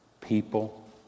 people